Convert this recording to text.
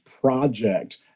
project